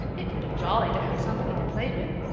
it will be jolly to have somebody to play with.